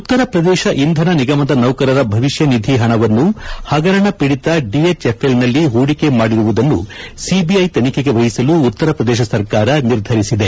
ಉತ್ತರ ಪ್ರದೇಶ ಇಂಧನ ನಿಗಮದ ನೌಕರರ ಭವಿಷ್ಣನಿಧಿ ಹಣವನ್ನು ಹಗರಣ ಪೀಡಿತ ಡಿಎಚ್ಎಫ್ಎಲ್ನಲ್ಲಿ ಹೂಡಿಕೆ ಮಾಡಿರುವುದನ್ನು ಸಿಬಿಐ ತನಿಖೆಗೆ ವಹಿಸಲು ಉತ್ತರ ಪ್ರದೇಶ ಸರ್ಕಾರ ನಿರ್ಧರಿಸಿದೆ